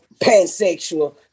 pansexual